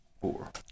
Four